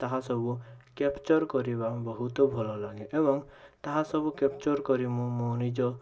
ତାହାସବୁ capture କରିବା ବହୁତ ଭଲ ଲାଗେ ଏବଂ ତାହାସବୁ କ୍ୟାପ୍ଚର କରି ମୁଁ ମୋ ନିଜ